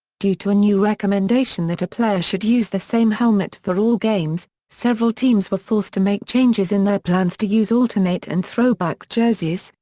due to a new recommendation that a player should use the same helmet for all games, several teams were forced to make changes in their plans to use alternate and throwback jerseys,